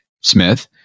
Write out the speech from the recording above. Smith